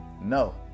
No